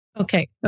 Okay